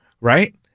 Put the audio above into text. right